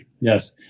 yes